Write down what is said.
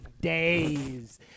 days